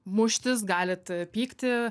muštis galit pykti